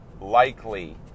likely